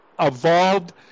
evolved